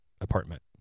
apartment